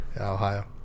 Ohio